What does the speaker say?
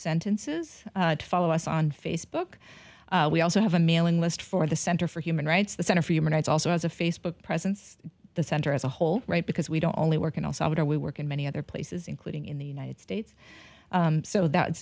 sentences to follow us on facebook we also have a mailing list for the center for human rights the center for human rights also has a facebook presence the center as a whole right because we don't only work and also i would only work in many other places including in the united states so that